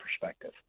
perspective